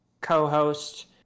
co-host